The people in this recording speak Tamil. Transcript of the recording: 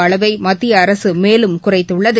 அளவை மத்திய அரசு மேலும குறைத்துள்ளது